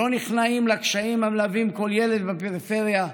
הם לא נכנעים לקשיים המלווים כל ילד בפריפריה,